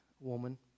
woman